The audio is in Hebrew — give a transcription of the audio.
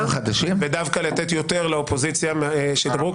ודווקא לתת יותר לאופוזיציה שדיברה,